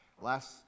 Last